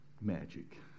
magic